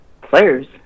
players